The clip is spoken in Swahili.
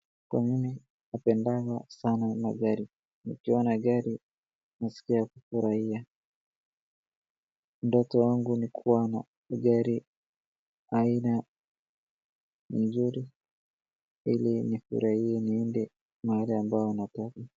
Kwa mimi napendaga sana magari. Nikiona gari nasikia kufurahia. Ndoto wangu ni kuwa na gari aina nzuri ili nifurahie niende mahali ambao nataka.